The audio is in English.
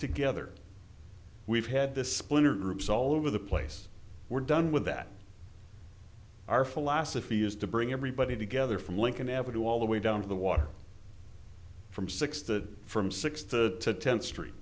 together we've had this splinter groups all over the place we're done with that our philosophy is to bring everybody together from lincoln avenue all the way down to the water from six to from six to ten street